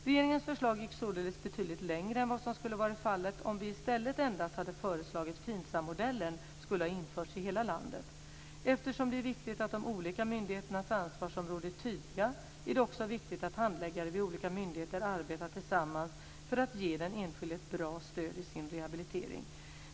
Regeringens förslag gick således betydligt längre än vad som skulle ha varit fallet om vi i stället endast hade föreslagit att FINSAM-modellen skulle ha införts i hela landet. Eftersom det är viktigt att de olika myndigheternas ansvarsområden är tydliga är det också viktigt att handläggare vid olika myndigheter arbetar tillsammans för att ge den enskilde ett bra stöd i sin rehabilitering.